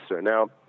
Now